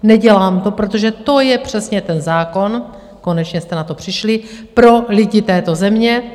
Neudělám to, protože to je přesně ten zákon konečně jste na to přišli pro lidi této země.